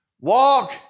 walk